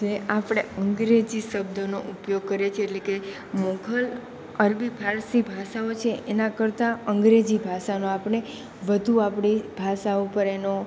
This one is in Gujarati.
જે આપણે અંગ્રેજી શબ્દોનો ઉપયોગ કરીએ છીએ એટલે કે મોઘલ અરબી ફારસી ભાષાઓ છે એના કરતાં અંગ્રેજી ભાષાનો આપણે વધુ આપણી ભાષા ઉપર એનો